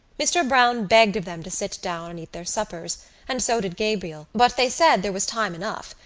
mr. browne begged of them to sit down and eat their suppers and so did gabriel but they said there was time enough,